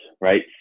right